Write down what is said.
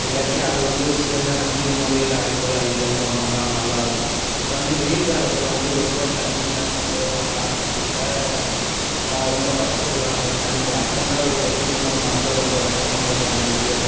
இல்லாட்டி அது வந்து ஒரு சிறந்த நவீன முறையில் அடிக்குழாய் இதுவும் கொண்டு வந்தாலும் நல்லாயிருக்கும் இப்போ வந்து வெயில் காலத்தில் வந்து ரொம்ப தண்ணி இல்லாமல் போயிடற ஒரு காரணத்தினால் அப்போ அவங்க ரொம்ப கஷ்டப்படுகிறாங்க ஒரு தண்ணிக்கு அர்ஜென்டாக ஒரு லெட்டின் போகணுன்னாக்கூட ரொம்ப கஷ்டமாக இருக்கும் அவங்களுக்கு